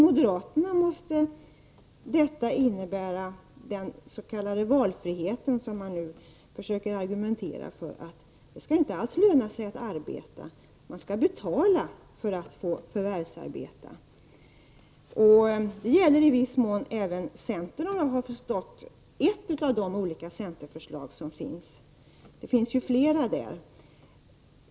Moderaterna brukar ju argumentera för den s.k. valfriheten. Men detta måste innebära att det inte alls skall löna sig att arbeta. I stället skall man betala för att få förvärvsarbeta. Såvitt jag förstår gäller det även centern i ett av dess förslag.